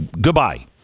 Goodbye